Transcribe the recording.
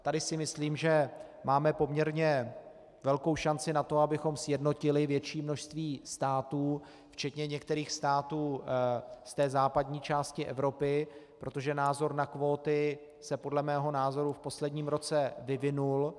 Tady si myslím, že máme poměrně velkou šanci na to, abychom sjednotili větší množství států včetně některých států ze západní části Evropy, protože názor na kvóty se podle mého názoru v posledním roce vyvinul.